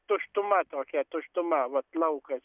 tuštuma tokia tuštuma vat laukas